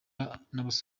n’abasohoka